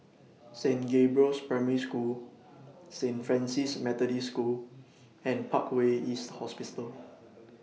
Saint Gabriel's Primary School Saint Francis Methodist School and Parkway East